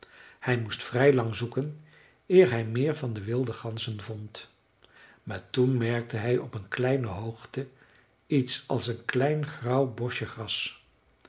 hij moest vrij lang zoeken eer hij meer van de wilde ganzen vond maar toen merkte hij op een kleine hoogte iets als een klein grauw boschje gras